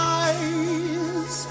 eyes